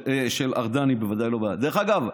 דרך אגב,